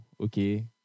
okay